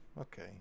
okay